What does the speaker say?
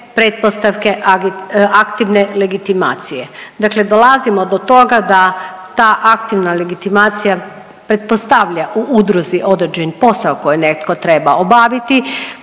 pretpostavke aktivne legitimacije. Dakle, dolazimo do toga da ta aktivna legitimacija pretpostavlja u udruzi određen posao koji netko treba obaviti,